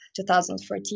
2014